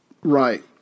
Right